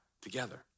together